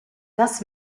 das